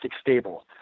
stable